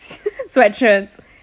sweat shirts